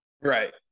Right